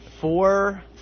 four